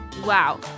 Wow